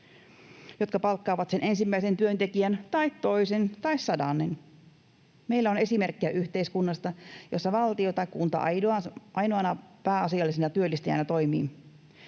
jotka palkkaavat sen ensimmäisen työntekijän tai toisen tai sadannen. Meillä on esimerkkejä yhteiskunnasta, jossa valtio tai kunta toimii ainoana pääasiallisena työllistäjänä.